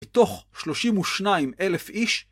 בתוך 32,000 איש.